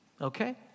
okay